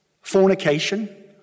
Fornication